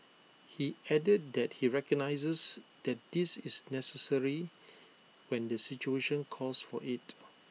he added that he recognises that this is necessary when the situation calls for IT